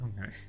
Okay